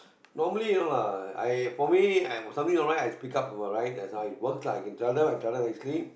normally no lah I for me I'm something not right I speak up for my right that's how it works lah If I can tell them I tell them nicely